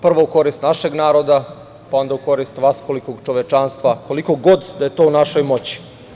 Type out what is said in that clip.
Prvo u korist našeg naroda, pa onda u korist vaskolikog čovečanstva, koliko god da je to u našoj moći.